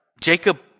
Jacob